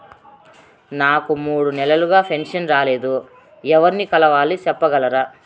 నాకు మూడు నెలలుగా పెన్షన్ రాలేదు ఎవర్ని కలవాలి సెప్పగలరా?